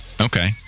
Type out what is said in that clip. Okay